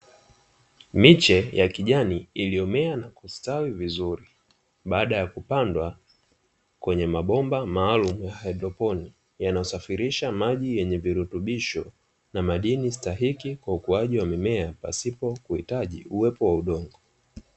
Miche ya kijani iliyomea na kustawi vizuri baada ya kupandwa kwenye mabomba maalumu ya haidroponi, yanayosafirisha maji yenye virutubisho na madini stahiki kwa ukuaji wa mimea pasipo kuhitaji uwepo wa udongo.